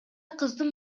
кыздын